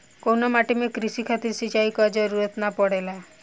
कउना माटी में क़ृषि खातिर सिंचाई क जरूरत ना पड़ेला?